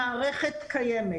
המערכת קיימת.